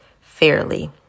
fairly